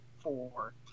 four